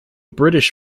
british